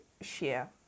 share